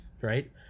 right